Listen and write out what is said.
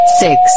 six